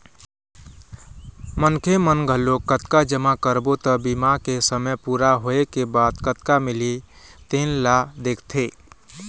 मनखे मन घलोक कतका जमा करबो त बीमा के समे पूरा होए के बाद कतका मिलही तेन ल देखथे